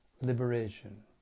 liberation